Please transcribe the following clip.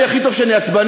אני הכי טוב כשאני עצבני,